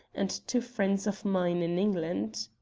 and to friends of mine in england.